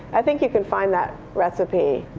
i think you can find that recipe.